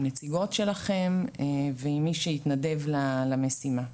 עם נציגות שלכם ועם מי שיתנדב למשימה.